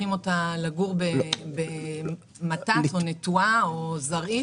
שולחים אותה לגור בנטועה או בזרעית